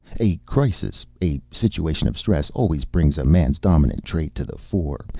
a crisis a situation of stress always brings a man's dominant trait to the fore,